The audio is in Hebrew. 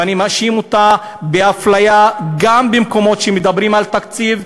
ואני מאשים אותה באפליה גם במקומות שמדברים על תקציב.